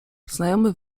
znajomy